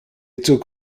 took